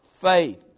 faith